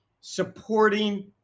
supporting